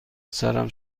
سرم